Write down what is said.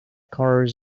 colors